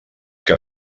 què